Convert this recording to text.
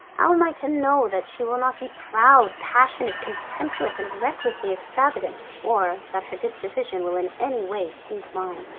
how am i to know that she will not be proud, passionate, contemptuous, and recklessly extravagant, or that her disposition will in any way suit mine?